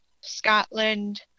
Scotland